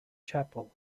chapel